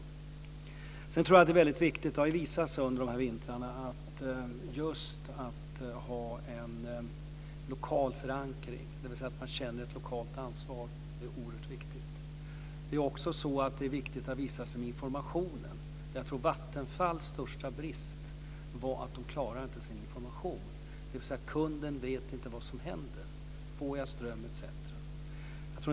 Sedan tror jag att det är väldigt viktigt, det har ju visat sig de här vintrarna, att just ha en lokal förankring så att man känner ett lokalt ansvar. Det är oerhört viktigt. Det har också visat sig att det är viktigt med informationen. Vattenfalls största brist tror jag var att de inte klarade sin information. Kunden vet då inte vad som händer; om man får ström etc.